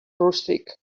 rústic